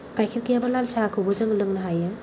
गाइखेर गैयाबा लाल साहाखौबो जों लोंनो हायो